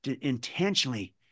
intentionally